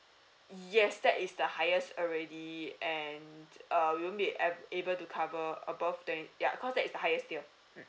yes that is the highest already and err we won't a~ able to cover above that ya cause that's the highest tier